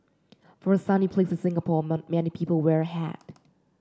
for a sunny place as Singapore not many people wear hat